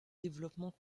développement